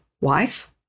wife